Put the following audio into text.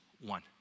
one